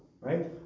right